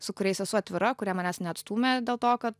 su kuriais esu atvira kurie manęs neatstūmė dėl to kad